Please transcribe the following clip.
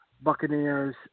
Buccaneers